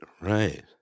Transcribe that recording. right